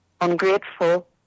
ungrateful